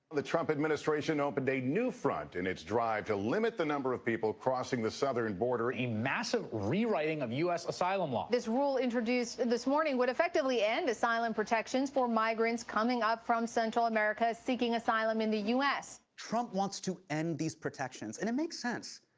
the trump administration opened a new front in its drive to limit the number of people crossing the southern border. a massive re-writing of u s. asylum law. this rule, introduced this morning, would effectively end asylum protections for migrants coming up from central america seeing asylum in the u s. trump wants to end these protections, and it makes sense.